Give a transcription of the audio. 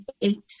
eight